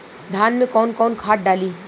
धान में कौन कौनखाद डाली?